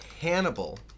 Hannibal